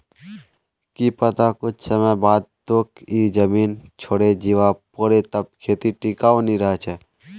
की पता कुछ समय बाद तोक ई जमीन छोडे जीवा पोरे तब खेती टिकाऊ नी रह छे